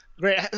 great